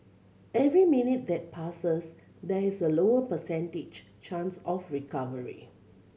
every minute that passes there is a lower percentage chance of recovery